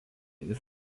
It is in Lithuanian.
vis